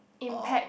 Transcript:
impact